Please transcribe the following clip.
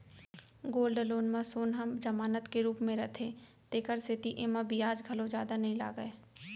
gold loan म सोन ह जमानत के रूप म रथे तेकर सेती एमा बियाज घलौ जादा नइ लागय